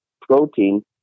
protein